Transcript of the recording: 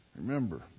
Remember